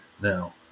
now